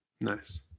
Nice